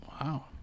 wow